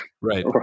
Right